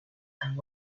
and